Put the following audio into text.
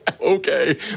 Okay